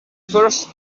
first